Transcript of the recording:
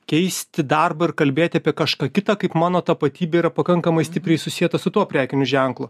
keisti darbą ir kalbėti apie kažką kitą kaip mano tapatybė yra pakankamai stipriai susieta su tuo prekiniu ženklu